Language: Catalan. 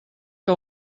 que